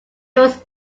was